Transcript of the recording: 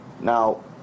Now